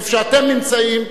איפה שאתם נמצאים,